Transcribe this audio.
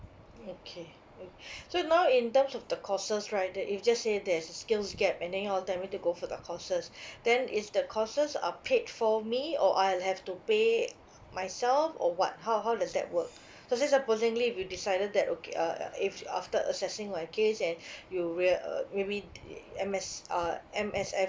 okay o~ so now in terms of the courses right there is you just say there's a skills gap and then you all tell me to go for the courses then is the courses are paid for me or I'll have to pay myself or what how how does that work so say supposedly we decided that okay uh uh if after assessing my case and you rea~ uh maybe uh M_S uh M_S_F